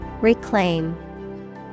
Reclaim